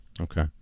Okay